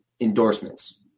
endorsements